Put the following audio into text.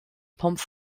pommes